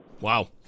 Wow